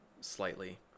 slightly